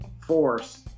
Force